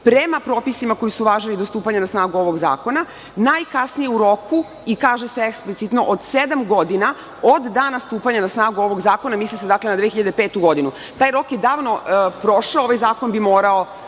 prema propisima koji su važili do stupanja na snagu ovog zakona, najkasnije u roku, i kaže se eksplicitno – od sedam godina od dana stupanja na snagu ovog zakona. Misli se dakle na 2005. godinu. Taj rok je davno prošao. Ovaj zakon bi morao